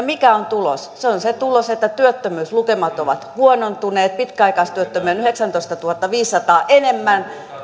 mikä on tulos se tulos on se että työttömyyslukemat ovat huonontuneet pitkäaikaistyöttömiä on yhdeksäntoistatuhannenviidensadan enemmän